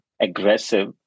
aggressive